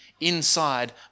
inside